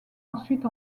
ensuite